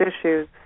issues